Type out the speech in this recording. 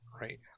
right